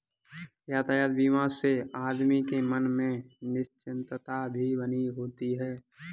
यातायात बीमा से आदमी के मन में निश्चिंतता भी बनी होती है